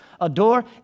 adore